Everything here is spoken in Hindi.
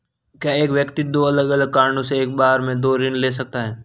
क्या एक व्यक्ति दो अलग अलग कारणों से एक बार में दो ऋण ले सकता है?